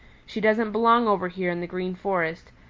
she doesn't belong over here in the green forest,